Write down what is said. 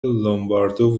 لومبرادو